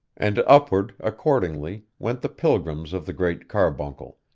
and upward, accordingly, went the pilgrims of the great carbuncle,